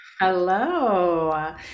Hello